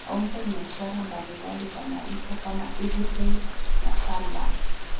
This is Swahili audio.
Kaunta ina ishara mbali mbali za malipo kama EasyPay na Sanlam.